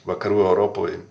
vakarų europoj